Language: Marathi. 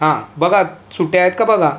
हां बघा सुटे आहेत का बघा